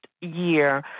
year